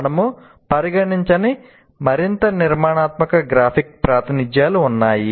మనము పరిగణించని మరింత నిర్మాణాత్మక గ్రాఫిక్ ప్రాతినిధ్యాలు ఉన్నాయి